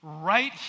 Right